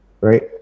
right